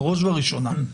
בראש בראשונה,